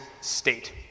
state